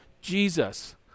Jesus